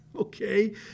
okay